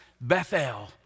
Bethel